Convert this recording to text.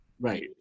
Right